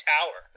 Tower